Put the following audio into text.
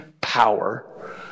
power